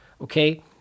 Okay